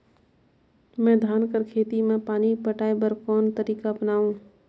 मैं धान कर खेती म पानी पटाय बर कोन तरीका अपनावो?